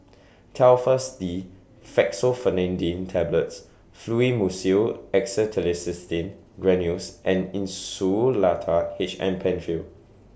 Telfast D Fexofenadine Tablets Fluimucil Acetylcysteine Granules and Insulatard H M PenFill